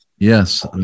Yes